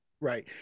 Right